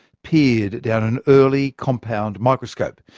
peered down an early compound microscope.